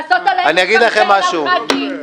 לעשות עלינו --- על הח"כים,